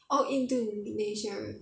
orh indonesia indonesia